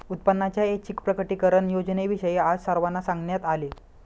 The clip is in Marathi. उत्पन्नाच्या ऐच्छिक प्रकटीकरण योजनेविषयी आज सर्वांना सांगण्यात आले